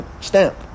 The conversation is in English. stamp